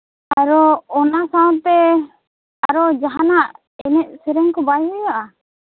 ᱟᱨᱚ ᱚᱱᱟ ᱥᱟᱶᱛᱮ ᱟᱨᱚ ᱡᱟᱦᱟᱱᱟᱜ ᱮᱱᱮᱡ ᱥᱮᱨᱮᱧ ᱠᱚ ᱵᱟᱭ ᱦᱩᱭᱩᱜᱼᱟ